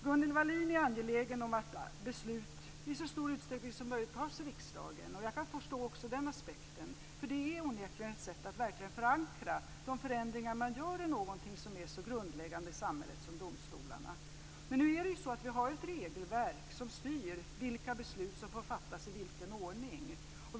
Gunnel Wallin är angelägen om att beslut i så stor utsträckning som möjligt fattas i riksdagen, och jag kan förstå också den aspekten. Det är onekligen ett sätt att verkligen förankra de förändringar som man gör i någonting som är så grundläggande i samhället som domstolarna. Men vi har ett regelverk som styr vilka beslut som får fattas och i vilken ordning.